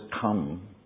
come